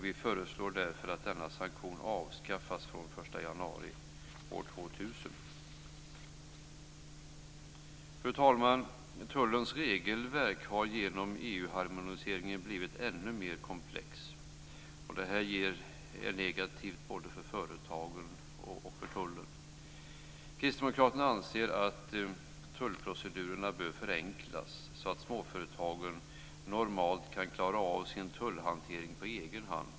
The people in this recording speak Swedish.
Vi föreslår därför att denna sanktion avskaffas den 1 januari år 2000. Fru talman! Tullens regelverk har genom EU harmoniseringen blivit ännu mer komplext, och det är negativt för både företag och tullen. Kristdemokraterna anser att tullprocedurerna bör förenklas så att småföretagen normalt kan klara sin tullhantering på egen hand.